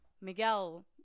Miguel